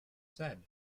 said